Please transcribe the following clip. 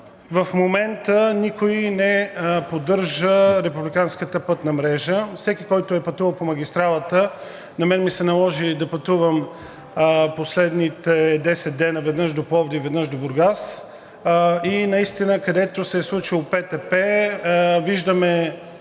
В момента никой не поддържа републиканската пътна мрежа. Всеки, който е пътувал по магистралата – на мен ми се наложи да пътувам в последните десет дни веднъж до Пловдив, веднъж до Бургас, и където се е случило ПТП, виждаме